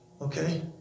Okay